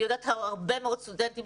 אני יודעת שהרבה מאוד סטודנטים,